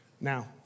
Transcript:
Now